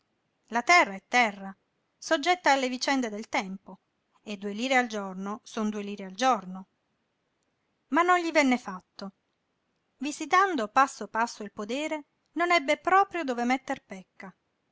la terra è terra soggetta alle vicende del tempo e due lire al giorno son due lire al giorno ma non gli venne fatto visitando passo passo il podere non ebbe proprio dove metter pecca